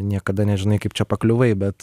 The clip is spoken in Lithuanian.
niekada nežinai kaip čia pakliuvai bet